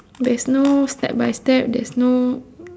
there's no step by step there's no